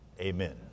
amen